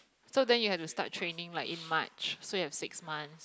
so then you have to start training like in March so you have six months